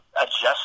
adjust